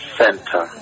center